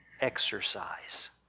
exercise